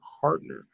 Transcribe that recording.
partner